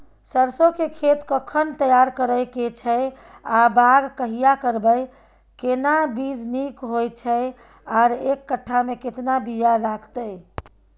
सरसो के खेत कखन तैयार करै के छै आ बाग कहिया करबै, केना बीज नीक होय छै आर एक कट्ठा मे केतना बीया लागतै?